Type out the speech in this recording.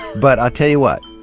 but tell you what,